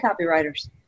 copywriters